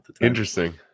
Interesting